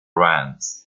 vans